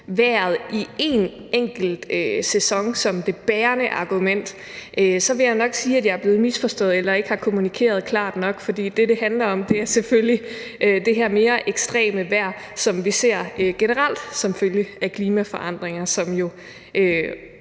vejret i en enkelt sæson som det bærende argument, vil jeg nok sige, at jeg er blevet misforstået eller ikke har kommunikeret klart nok, for det, det handler om, er selvfølgelig det her mere ekstreme vejr, som vi ser generelt som følge af klimaforandringer, som er